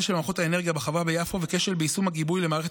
כשל במערכות האנרגיה בחווה ביפו וכשל ביישום הגיבוי למערכות